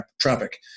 traffic